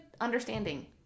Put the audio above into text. understanding